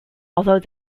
although